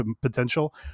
potential